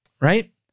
right